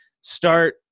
start